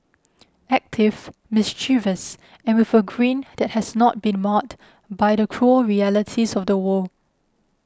active mischievous and with a grin that has not been marred by the cruel realities of the world